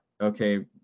okay